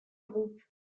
groupe